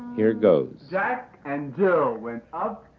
here it goes. jack and jill went up